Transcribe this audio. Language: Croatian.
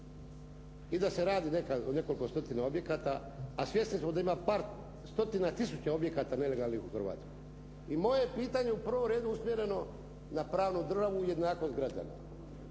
i da se radi o nekoliko stotina objekata, a svjesni smo da ima par stotina tisuća objekata nelegalnih u Hrvatskoj. I moje je pitanje u prvom redu usmjereno na pravnu državu i jednakost građana.